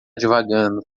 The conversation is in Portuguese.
divagando